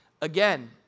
again